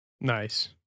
Nice